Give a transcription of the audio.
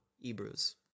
Hebrews